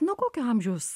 nuo kokio amžiaus